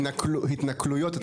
התנכלויות.